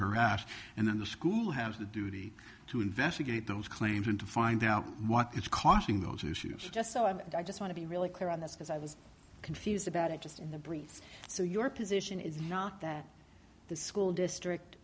harassed and then the school has a duty to investigate those claims and to find out what is causing those issues just so and i just want to be really clear on this because i was confused about it just in the breeze so your position is not that the school district